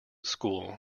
school